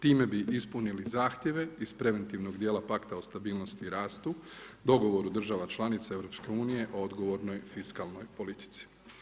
Time bi ispunili zahtjeve iz preventivnog dijela Pakta o stabilnosti i rastu, dogovoru država članica EU o odgovornoj fiskalnoj politici.